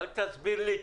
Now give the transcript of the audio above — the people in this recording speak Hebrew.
אל תסביר לי.